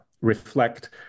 reflect